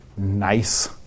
Nice